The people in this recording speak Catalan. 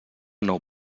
nou